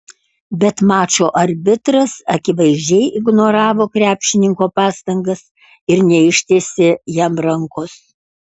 bet mačo arbitras akivaizdžiai ignoravo krepšininko pastangas ir neištiesė jam rankos